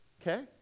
Okay